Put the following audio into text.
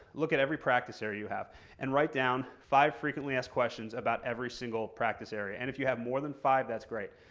look at every practice area you have and write down five frequently asked questions about every single practice area, and if you have more than five, that's great.